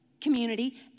community